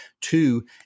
two